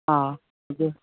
ꯑꯥ